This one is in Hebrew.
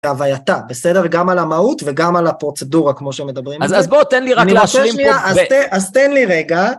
הווייתה, בסדר? גם על המהות וגם על הפרוצדורה, כמו שמדברים. אז בוא, תן לי רק להשלים שנייה, אז תן לי רגע.